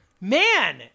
Man